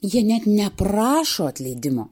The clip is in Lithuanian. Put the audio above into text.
jie net neprašo atleidimo